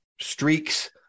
streaks